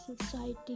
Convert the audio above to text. society